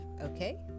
okay